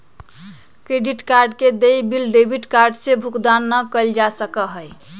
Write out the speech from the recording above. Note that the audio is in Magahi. क्रेडिट कार्ड के देय बिल डेबिट कार्ड से भुगतान ना कइल जा सका हई